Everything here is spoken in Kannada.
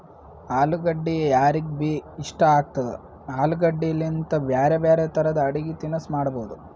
ಅಲುಗಡ್ಡಿ ಯಾರಿಗ್ಬಿ ಇಷ್ಟ ಆಗ್ತದ, ಆಲೂಗಡ್ಡಿಲಿಂತ್ ಬ್ಯಾರೆ ಬ್ಯಾರೆ ತರದ್ ಅಡಗಿ ತಿನಸ್ ಮಾಡಬಹುದ್